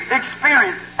experience